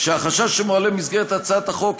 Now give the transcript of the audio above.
שהחשש שמועלה במסגרת הצעת החוק,